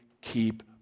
keep